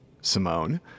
Simone